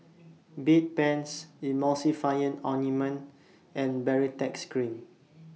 Bedpans Emulsying Ointment and Baritex Cream